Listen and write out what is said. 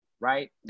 right